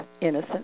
innocent